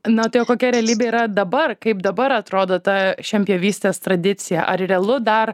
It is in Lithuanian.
na tai o kokia realybė yra dabar kaip dabar atrodo ta šienpjovistės tradicija ar realu dar